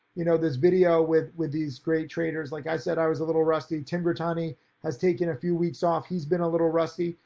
you know, this video with with these great traders, like i said i was a little rusty. tim grittani has taken a few weeks off. he's been a little rusty,